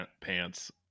pants